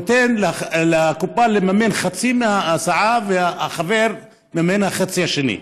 נותן לקופת חולים לממן חצי מההסעה והחבר מימן את החצי השני.